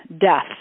death